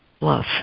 love